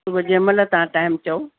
सुबुह जंहिंमहिल तव्हां टाइम चओ